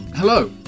Hello